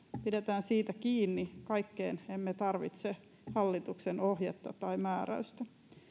pidetään siitä kiinni kaikkeen emme tarvitse hallituksen ohjetta tai määräystä